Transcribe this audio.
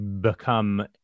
become